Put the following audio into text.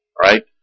right